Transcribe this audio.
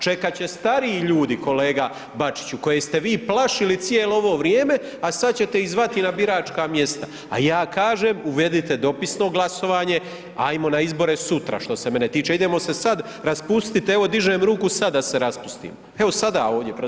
Čekat će stariji ljudi, kolega Bačiću, koji ste vi plašili cijelo ovo vrijeme, a sad ćete ih zvati na biračka mjesta, a ja kažem, uvedite dopisno glasovanje, hajmo na izbore sutra, što se mene tiče, idemo se sad raspustiti, evo, dižem ruku sad da se raspustimo, evo sada ovdje predložiti.